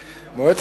קיימים.